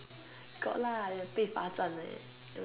got lah ya 被罚站 eh